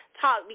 talk